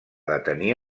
detenir